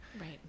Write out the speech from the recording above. Right